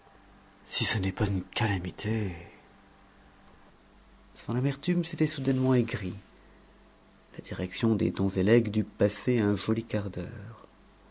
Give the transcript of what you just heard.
si ce n'est pas une calamité son amertume s'était soudainement aigrie la direction des dons et legs dut passer un joli quart d'heure